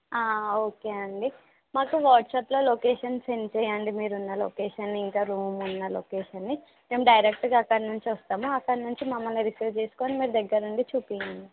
okay అండి మాకు వాట్సాప్లో లొకేషన్ సెండ్ చేయండి మీరున్న లొకేషన్ని రూమున్న లొకేషన్ని మేము డైరెక్ట్గా అక్కడనుంచి వచ్చేస్తాము అక్కడనుంచి మమ్మల్ని రిసీవ్ చేసుకుని మీరు దగ్గరుండి చూపించండి